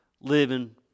living